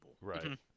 Right